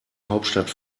hauptstadt